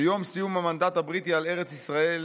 ביום סיום המנדט הבריטי על ארץ ישראל,